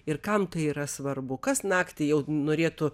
ir kam tai yra svarbu kas naktį jau norėtų